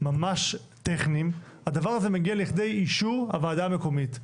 ממש טכניים - הדבר הזה מגיע לכדי אישור הוועדה המקומית.